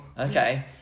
Okay